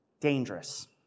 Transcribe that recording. dangerous